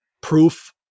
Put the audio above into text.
proof